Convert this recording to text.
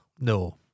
no